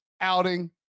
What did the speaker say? outing